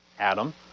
Adam